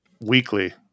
weekly